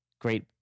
great